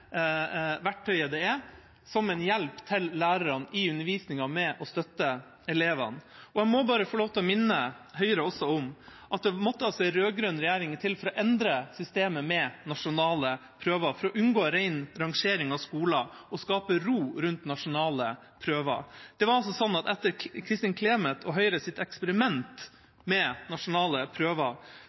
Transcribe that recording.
verktøyet de er – som en hjelp til lærerne i undervisningen for å støtte elevene. Jeg må bare få minne Høyre om at det måtte en rød-grønn regjering til for å endre systemet med nasjonale prøver for å unngå en ren rangering av skoler og skape ro rundt nasjonale prøver. Etter Kristin Clemet og Høyres eksperiment med nasjonale prøver var det sterke protester blant lærere og elver, og det var boikott av nasjonale prøver.